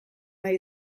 nahi